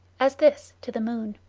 as this, to the moon.